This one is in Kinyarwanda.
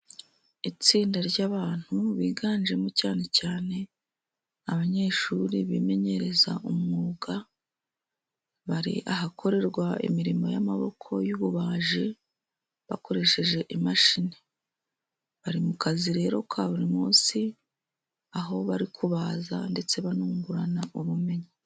Itsinda ry'abantu biganjemo cyane cyane abanyeshuri bimenyereza umwuga. Bari ahakorerwa imirimo y'amaboko y'ububaji bakoresheje imashini. Bari mu kazi rero ka buri munsi, aho bari kubaza ndetse banungurana ubumenyi.